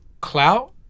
clout